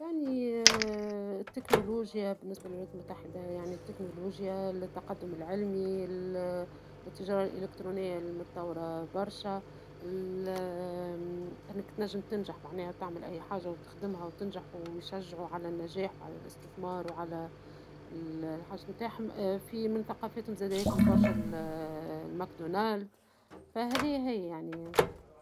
يعني التكنولوجيا بالنسبة للولايات المتحدة يعني التكنولوجيا ،التقدم العلمي التجارة الالكترونية ، متطورة برشا ، أنك تنجم تنجح معناها وتعمل اي حاجة وتخدمها وتنجح ويشجعوا على النجاح وعلى الاستثمار والحاجات نتاعهم ، في منطقة في تونس زادة يأكلوا برشا ماكدونالد ، فهذايا هي يعني.